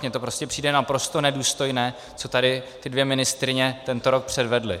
Mě to prostě přijde naprosto nedůstojné, co tady ty dvě ministryně tento rok předvedly.